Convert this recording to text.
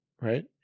right